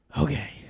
Okay